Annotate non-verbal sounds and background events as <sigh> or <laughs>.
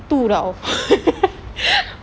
tu [tau] <laughs>